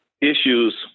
issues